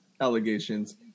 allegations